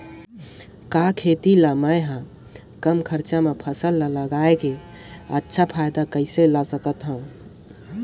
के खेती ला मै ह कम खरचा मा फसल ला लगई के अच्छा फायदा कइसे ला सकथव?